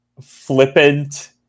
flippant